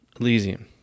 Elysium